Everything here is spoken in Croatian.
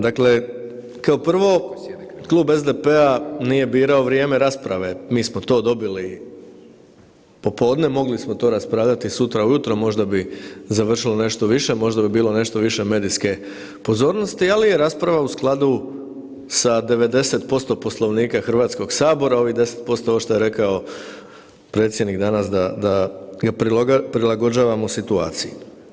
Dakle, kao prvo Klub SDP-a nije birao vrijeme rasprave, mi smo to dobili popodne, mogli smo to raspravljati sutra ujutro, možda bi završilo nešto više, možda bi bilo nešto više medijske pozornosti, ali je rasprava u skladu sa 90% Poslovnika Hrvatskog sabora, ovih 10% ovo što je rekao predsjednik dana da ga prilagođavamo situaciji.